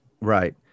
Right